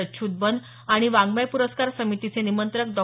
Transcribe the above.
अच्युत बन आणि वाङमय पुरस्कार समितीचे निमंत्रक डॉ